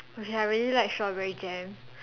okay I really like strawberry jam